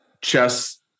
chess